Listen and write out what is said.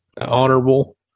honorable